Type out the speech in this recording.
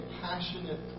passionate